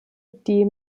die